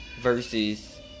versus